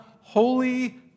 holy